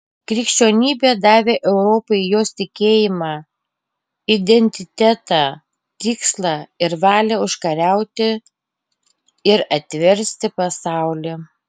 krikščionybė davė europai jos tikėjimą identitetą tikslą ir valią užkariauti ir atversti pasaulį